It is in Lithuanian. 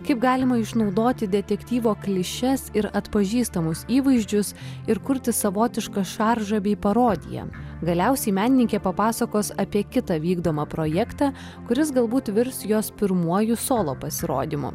kaip galima išnaudoti detektyvo klišes ir atpažįstamus įvaizdžius ir kurti savotišką šaržą bei parodiją galiausiai menininkė papasakos apie kitą vykdomą projektą kuris galbūt virs jos pirmuoju solo pasirodymu